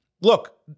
look